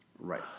Right